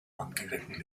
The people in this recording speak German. angegriffen